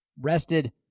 rested